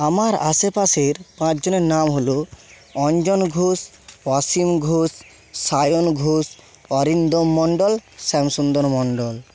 আমার আশেপাশের পাঁচজনের নাম হল অঞ্জন ঘোষ অসীম ঘোষ সায়ন ঘোষ অরিন্দম মণ্ডল শ্যামসুন্দর মণ্ডল